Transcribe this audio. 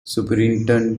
superintendent